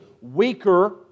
weaker